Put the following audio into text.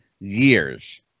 years